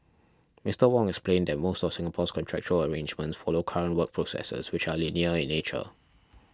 Mr Wong explained that most of Singapore's contractual arrangements follow current work processes which are linear in nature